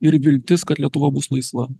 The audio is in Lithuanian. ir viltis kad lietuva bus laisva